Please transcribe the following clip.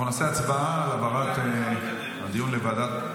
אנחנו נעשה הצבעה על העברת הדיון לוועדת,